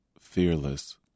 fearless